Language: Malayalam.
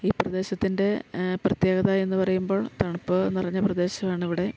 ഈ പ്രദേശത്തിൻ്റെ പ്രത്യേകതയെന്നു പറയുമ്പോൾ തണുപ്പ് നിറഞ്ഞ പ്രദേശമാണ് ഇവിടെ